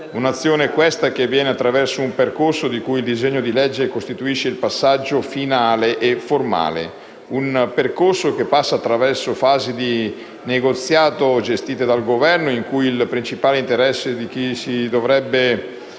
un'azione, questa, che avviene attraverso un percorso, di cui il disegno di legge costituisce il passaggio finale e formale. Tale percorso passa attraverso fasi di negoziato gestite dal Governo, in cui la principale preoccupazione di chi se ne deve